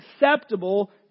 acceptable